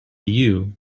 you